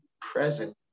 present